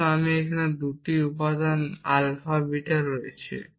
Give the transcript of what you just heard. মূলত আমার এখানে 2টি উপাদান আলফা বিটা রয়েছে